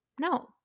No